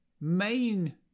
main